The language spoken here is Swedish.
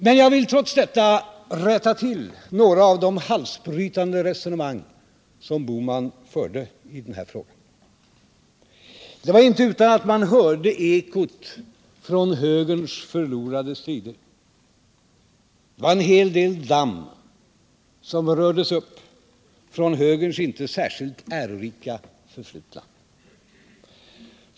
Men jag vill trots detta rätta till några av de halsbrytande resonemang som herr Bohman förde i den här frågan. Det var inte utan att man hörde ckot från högerns förlorade strider. Det var en hel del damm som rördes upp från högerns inte särskilt ärorika förflutna.